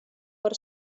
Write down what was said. per